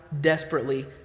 desperately